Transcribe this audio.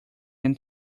them